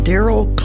Daryl